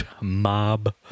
Mob